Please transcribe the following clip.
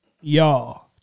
y'all